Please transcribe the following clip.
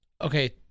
Okay